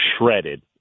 shredded